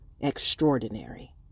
extraordinary